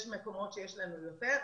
יש מקומות שיש לנו יותר,